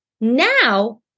Now